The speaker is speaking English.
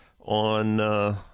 on